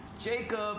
Jacob